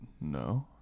no